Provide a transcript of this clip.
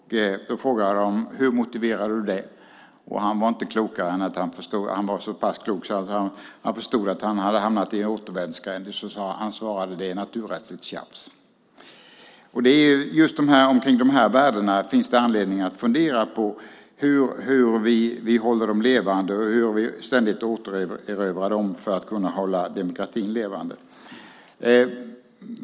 Då frågade jag honom: Hur motiverar du det? Han var så pass klok att han förstod att han hade hamnat i en återvändsgränd så han svarade: Det är naturrättsligt tjafs. Just de här värdena finns det anledning att fundera på, hur vi håller dem levande och ständigt återerövrar dem för att kunna hålla demokratin levande.